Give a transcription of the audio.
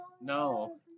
No